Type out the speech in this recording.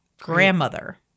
grandmother